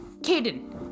Caden